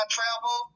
travel